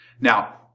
Now